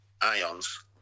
ions